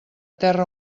terra